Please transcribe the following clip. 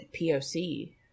POC